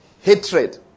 Hatred